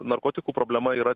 narkotikų problema yra